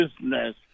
business